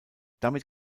damit